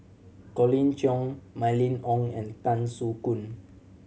Colin Cheong Mylene Ong and Tan Soo Khoon